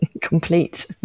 complete